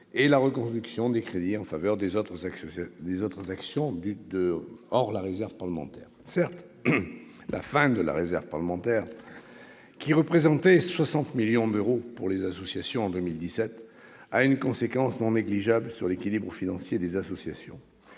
et la reconduction des crédits en faveur des autres actions hors réserve parlementaire. Certes, la fin de cette réserve, qui représentait 60 millions d'euros pour les associations en 2017, a une conséquence non négligeable sur leur équilibre financier. Toutefois,